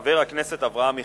חבר הכנסת אברהם מיכאלי.